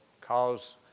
cause